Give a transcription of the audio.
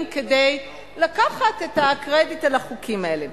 כדי לקחת את הקרדיט על החוקים האלה.